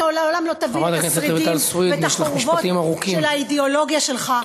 אתה לעולם לא תבין את השרידים ואת החורבות של האידיאולוגיה שלך.